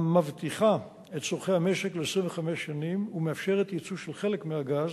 המבטיחה את צורכי המשק ל-25 שנים ומאפשרת ייצוא של חלק מהגז